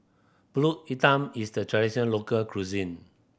Pulut Hitam is the traditional local cuisine